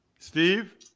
Steve